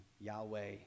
Yahweh